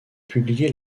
publié